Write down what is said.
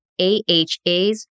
AHAs